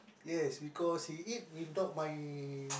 yes because he eat without my